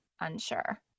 unsure